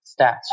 stats